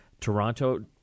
Toronto